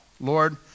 Lord